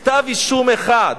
כתב-אישום אחד?